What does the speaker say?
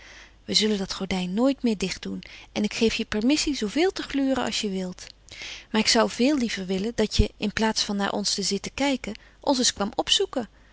we zullen dat gordijn nooit meer dicht doen en ik geef je permissie zooveel te gluren als je wilt maar ik zou veel liever willen dat je in plaats van naar ons te zitten kijken ons eens kwam opzoeken